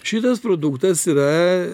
šitas produktas yra